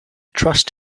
trust